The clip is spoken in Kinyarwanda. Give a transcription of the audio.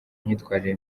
imyitwarire